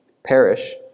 perish